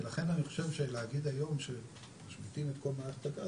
לכן אני חושב שלהגיד היום שמשביתים את כל מערכת הגז,